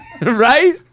Right